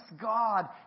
God